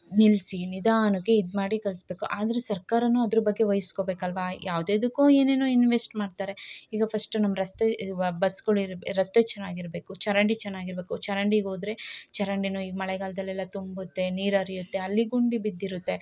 ನಿಲ್ಸಿ ನಿಧಾನಕ್ಕೆ ಇದ್ಮಾಡಿ ಕಳಿಸ್ಬೇಕು ಆದರೆ ಸರ್ಕಾರ ಅದ್ರ ಬಗ್ಗೆ ವಹಿಸ್ಕೊಬೇಕಲ್ವಾ ಯಾವ್ದು ಯಾವ್ದಕ್ಕೋ ಏನೇನೋ ಇನ್ವೆಸ್ಟ್ ಮಾಡ್ತಾರೆ ಈಗ ಫಸ್ಟ್ ನಮ್ಮ ರಸ್ತೆ ಇವಾ ಬಸ್ಗಳ್ ಇರೊ ರಸ್ತೆ ಚೆನ್ನಾಗಿರ್ಬೇಕು ಚರಂಡಿ ಚೆನ್ನಾಗಿರ್ಬೇಕು ಚರಂಡಿಗೆ ಹೋದ್ರೆ ಚರಂಡಿ ಈಗ ಮಳೆಗಾಲ್ದಲೆಲ್ಲ ತುಂಬುತ್ತೆ ನೀರು ಹರಿಯುತ್ತೆ ಅಲ್ಲಿ ಗುಂಡಿ ಬಿದ್ದಿರುತ್ತೆ